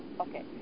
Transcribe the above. Okay